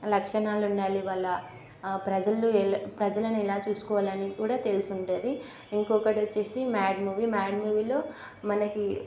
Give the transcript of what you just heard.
లక్షణాలు ఉండాలి వాళ్ళ ప్రజల ప్రజలను ఎలా చూసుకోవాలని కూడా తెలిసుంటుంది ఇంకొకటి వచ్చేసి మ్యాడ్ మూవీ మ్యాడ్ మూవీలో మనకి